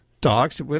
Dogs